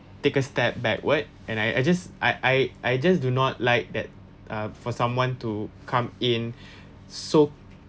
take a step backward and I I just I I I just do not like that uh for someone to come in so